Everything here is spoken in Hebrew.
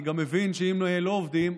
אני גם מבין שאם לא עובדים,